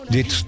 Dit